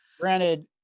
Granted